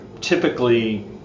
typically